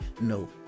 no